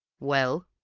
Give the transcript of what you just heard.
well?